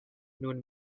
nun